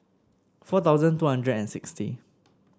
four thousand two hundred and sixty